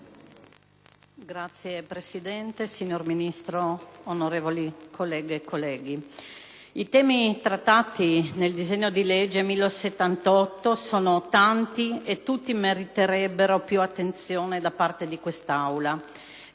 Signor Presidente, signor Ministro, onorevoli colleghe e colleghi, i temi trattati nel disegno di legge n. 1078 sono tanti e tutti meritevoli di una maggiore attenzione da parte di quest'Assemblea.